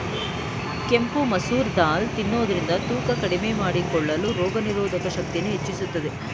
ಕೆಂಪು ಮಸೂರ್ ದಾಲ್ ತಿನ್ನೋದ್ರಿಂದ ತೂಕ ಕಡಿಮೆ ಮಾಡಿಕೊಳ್ಳಲು, ರೋಗನಿರೋಧಕ ಶಕ್ತಿಯನ್ನು ಹೆಚ್ಚಿಸುತ್ತದೆ